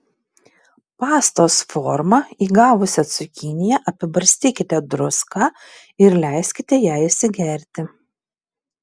pastos formą įgavusią cukiniją apibarstykite druską ir leiskite jai įsigerti